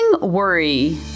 Worry